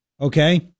Okay